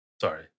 Sorry